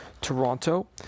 Toronto